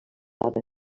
blava